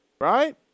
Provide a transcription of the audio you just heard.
Right